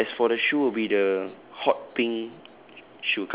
okay as for the shoe it will be the hot pink